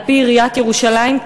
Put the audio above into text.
על-פי עיריית ירושלים,